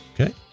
Okay